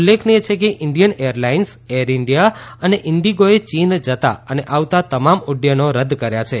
ઉલ્લેખનીય છે કે ઈન્ડિયન એરલાઈન્સ એર ઈન્ડિયા અને ઈન્ડિગોએ ચીન જતાં અને આવતા તમામ ઉદ્દયનો રદ્દ કર્યા છે